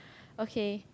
okay